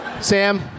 Sam